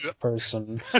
person